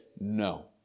no